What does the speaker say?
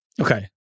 Okay